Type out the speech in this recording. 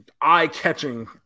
eye-catching